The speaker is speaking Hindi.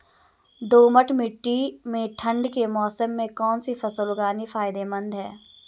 दोमट्ट मिट्टी में ठंड के मौसम में कौन सी फसल उगानी फायदेमंद है?